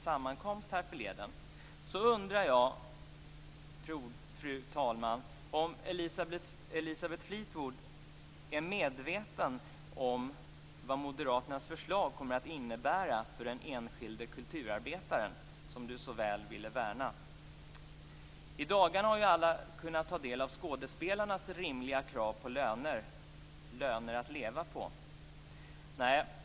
Jag undrar, fru talman, om Elisabeth Fleetwood är medveten om vad moderaternas förslag kommer att innebära för den enskilde kulturarbetaren, som hon så väl vill värna. I dagarna har alla kunnat ta del av skådespelarnas rimliga krav på löner att leva på.